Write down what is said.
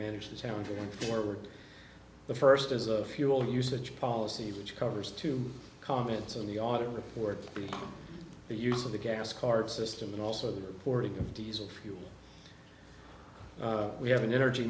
manage the challenger going forward the first as a fuel usage policy which covers two comments in the audit report the use of the gas card system and also the reporting of diesel fuel we have an energy